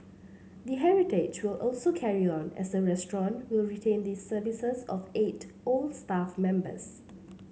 the heritage will also carry on as the restaurant will retain the services of eight old staff members